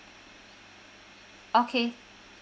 okay